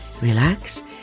relax